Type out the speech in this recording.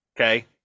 Okay